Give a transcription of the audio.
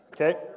okay